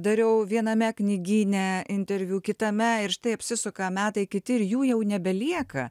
dariau viename knygyne interviu kitame ir štai apsisuka metai kiti ir jų jau nebelieka